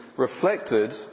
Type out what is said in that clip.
Reflected